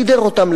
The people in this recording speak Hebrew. סידר אותן,